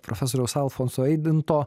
profesoriaus alfonso eidinto